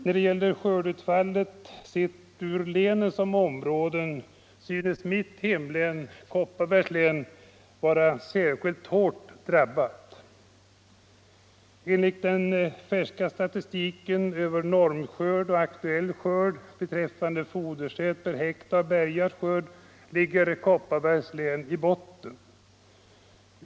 När det gäller skördeutfallet i de olika länen synes mitt hemlän, Kopparbergs län, vara särskilt hårt drabbat. Enligt den färska statistiken över normskörd och aktuell skörd beträffande fodersäd per hektar bärgad skörd ligger Kopparbergs län i botten.